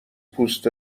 پوست